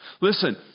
Listen